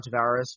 Tavares